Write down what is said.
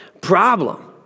problem